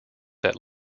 that